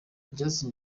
justin